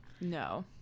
no